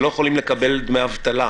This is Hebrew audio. שלא יכולים לקבל דמי אבטלה,